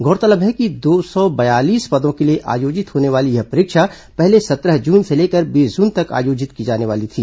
गौरतलब है कि दो सौ बयालीस पदों के लिए होने वाली यह परीक्षा पहले सत्रह जून से लेकर बीस जून तक आयोजित की जाने वाली थी